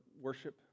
worship